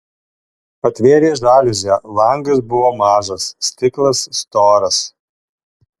atvėrė žaliuzę langas buvo mažas stiklas storas